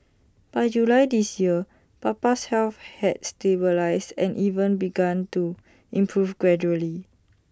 by July this year Papa's health had stabilised and even begun to improve gradually